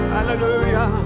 Hallelujah